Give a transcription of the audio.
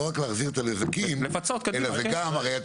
לא רק להחזיר את הנזקים כי הרי אתה